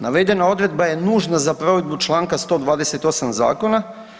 Navedena odredba je nužna za provedbu čl. 128 zakona.